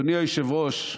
אדוני היושב-ראש,